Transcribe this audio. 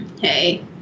Hey